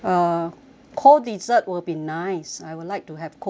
cold dessert will be nice I would like to have cold dessert